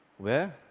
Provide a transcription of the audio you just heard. where?